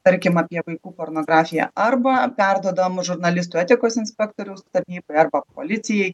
tarkim apie vaikų pornografiją arba perduodam žurnalistų etikos inspektoriaus tarnybai arba policijai